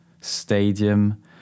stadium